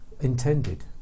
intended